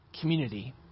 community